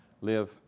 Live